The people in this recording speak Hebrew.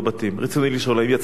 רצוני לשאול: 1. האם יצא מכרז?